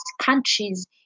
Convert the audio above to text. countries